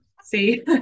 See